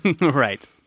Right